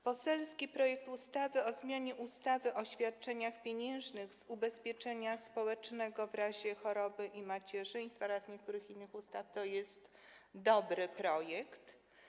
Poselski projekt ustawy o zmianie ustawy o świadczeniach pieniężnych z ubezpieczenia społecznego w razie choroby i macierzyństwa oraz niektórych innych ustaw to jest dobry projekt.